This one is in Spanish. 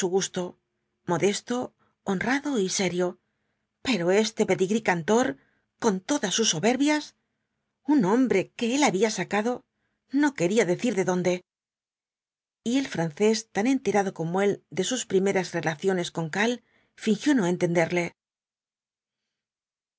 modesto honrado y serio pero ese pedí grée cantor con todas sus soberbias un hombre que él había sacado no quería decir de dónde y el francés tan enterado como él de sus primeras relaciones con karl fingió no entenderle